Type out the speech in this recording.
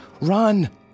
Run